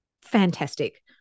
fantastic